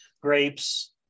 grapes